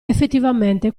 effettivamente